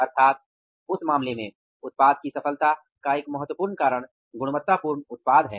अर्थात उस मामले में उत्पाद की सफलता का एक महत्वपूर्ण कारण गुणवत्तापूर्ण उत्पाद है